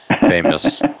famous